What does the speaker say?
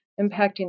impacting